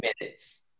minutes